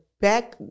back